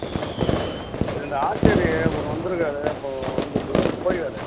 ம் அது இந்த ஆசாரி அப்புறம் வந்துருக்கார் இப்போ வந்துட்டுப்பிட்டு வந்து போயிருக்கார்